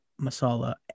Masala